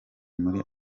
muri